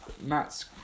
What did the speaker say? Matt's